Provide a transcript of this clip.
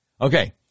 Okay